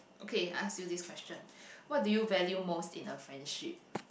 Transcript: okay I ask you this question what do you value most in a friendship